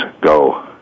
go